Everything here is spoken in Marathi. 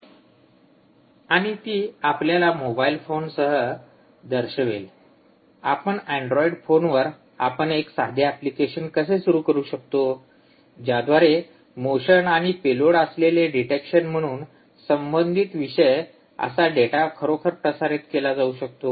स्लाइड वेळ पहा ४९१३ आणि ती आपल्याला मोबाइल फोनसह दर्शवेल आपण एंड्रॉइड फोनवर आपण एक साधे एप्लिकेशन कसे सुरु करू शकतो ज्याद्वारे मोशन आणि पेलोड असलेले डिटेक्शन म्हणून संबंधित विषय असा डेटा खरोखर प्रसारित केला जाऊ शकतो